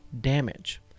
damage